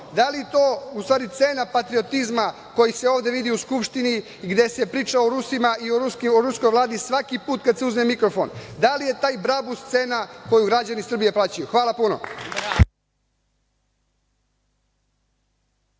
Da li je to u stvari cena patriotizma koji se ovde vidi u Skupštini gde se pričao o Rusima i o ruskoj Vladi svaki put kad se uzme mikrofon? Da li je taj Brabus cena koju građani Srbije plaćaju? Hvala puno.